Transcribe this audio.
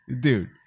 dude